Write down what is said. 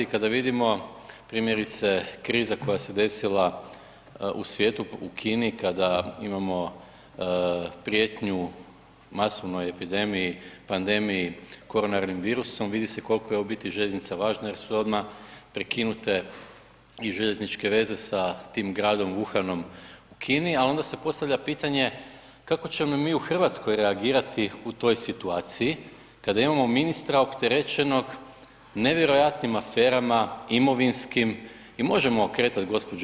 Kada vidimo primjerice kriza koja se desila u svijetu, u Kini, kada imamo prijetnju masovnoj epidemiji, pandemiji koronarnim virusom, vidi se koliko je u biti željeznica važna jer su odmah prekinute i željezničke veze sa tim gradom Wuhanom u Kini ali onda se postavlja pitanje kako ćemo mi u Hrvatskoj reagirati u toj situaciji kada imamo ministra opterećenog nevjerojatnim aferama imovinskim i možemo okretati gđo.